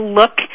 look